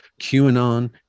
QAnon